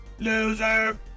Loser